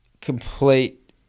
complete